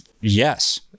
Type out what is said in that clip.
Yes